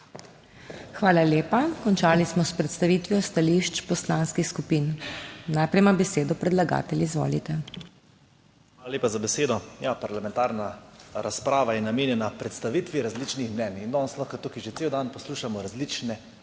Hvala lepa. Končali smo s predstavitvijo stališč poslanskih skupin. Najprej ima besedo predlagatelj. Izvolite. ALEKSANDER REBERŠEK (PS NSi): Hvala lepa za besedo. Parlamentarna razprava je namenjena predstavitvi različnih mnenj in danes lahko tukaj že cel dan poslušamo različna